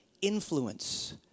influence